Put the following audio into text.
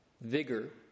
Vigor